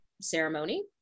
ceremony